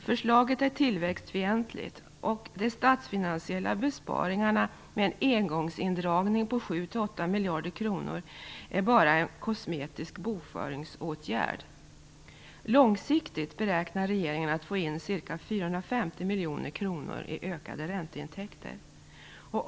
Förslaget är tillväxtfientligt, och de statsfinansiella besparingarna med en engångsindragning på 7-8 miljarder kronor är bara en kosmetisk bokföringsåtgärd. Långsiktigt beräknar regeringen att få in ca 450 miljoner kronor i ökade ränteintäkter.